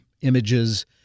images